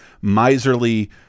miserly